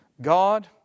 God